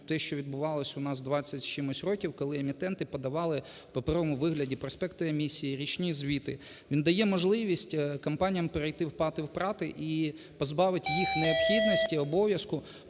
те, що відбувалось у нас 20 з чимось років, коли емітенти подавали в паперовому вигляді проспекти емісії, річні звіти. Він дає можливість компаніям перейти в ПАТи, в ПрАТи і позбавить їх необхідності обов'язку